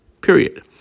period